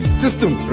system